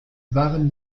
waren